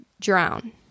drown